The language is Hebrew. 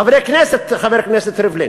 חבר הכנסת ריבלין,